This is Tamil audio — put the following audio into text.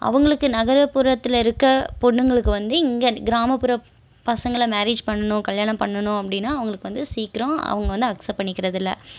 அவங்களுக்கு நகர்புறத்தில் இருக்க பொண்ணுங்களுக்கு வந்து இங்கே கிராமப்புற பசங்களை மேரேஜ் பண்ணனும் கல்யாணம் பண்ணனும் அப்படினா அவங்களுக்கு வந்து சீக்கிரம் அவங்க வந்து அக்சப்ட் பண்ணிக்கிறது இல்லை